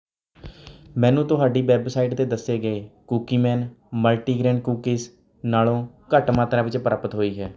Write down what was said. ਮੈਨੂੰ ਤੁਹਾਡੀ ਵੈੱਬਸਾਈਟ 'ਤੇ ਦੱਸੇ ਗਏ ਕੂਕੀ ਮੈਨ ਮਲਟੀਗ੍ਰੇਨ ਕੂਕੀਜ਼ ਨਾਲੋਂ ਘੱਟ ਮਾਤਰਾ ਵਿੱਚ ਪ੍ਰਾਪਤ ਹੋਈ ਹੈ